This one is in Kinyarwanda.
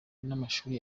n’amashuri